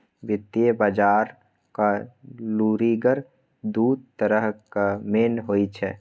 वित्तीय बजारक लुरिगर दु तरहक मेन होइ छै